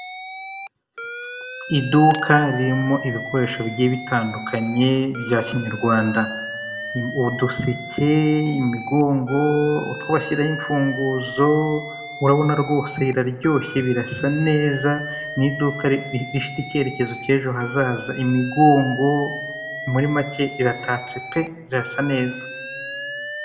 Iduka ririmo ibikoresho bigiye bitandukanye, bya kinyarwanda. Uduseke, imigongo utwo bashyiraho imfunguzo. Urabona rwose biraryoshye, birasa neza. N'iduka rifite icyerekezo cy'ejo hazaza. Imigongo, muri macye riratatse pe! Riratatse neza.